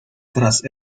tras